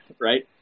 right